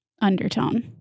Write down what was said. undertone